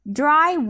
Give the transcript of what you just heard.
dry